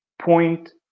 point